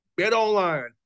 BetOnline